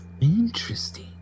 Interesting